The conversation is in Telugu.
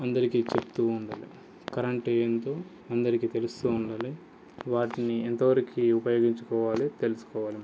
అందరికీ చెప్తూ ఉండాలి కరెంటు ఎంతో అందరికీ తెలుస్తూ ఉండాలి వాటిని ఎంతవరకు ఉపయోగించుకోవాలి తెలుస్కోవాలి